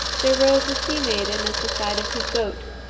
there rose a sea-maiden at the side of his boat,